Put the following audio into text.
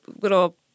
little